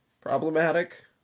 problematic